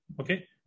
Okay